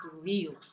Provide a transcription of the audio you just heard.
real